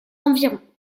environs